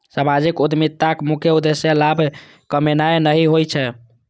सामाजिक उद्यमिताक मुख्य उद्देश्य लाभ कमेनाय नहि होइ छै